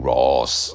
Ross